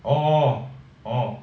orh orh